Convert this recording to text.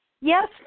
Yes